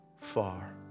far